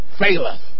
faileth